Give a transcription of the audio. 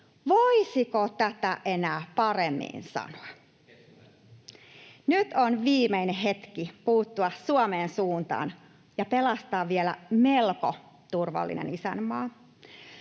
Voisiko tätä enää paremmin sanoa? Nyt on viimeinen hetki puuttua Suomen suuntaan ja pelastaa vielä melko turvallinen isänmaa.